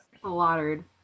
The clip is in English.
slaughtered